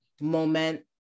moment